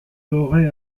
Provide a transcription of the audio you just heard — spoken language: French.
aurait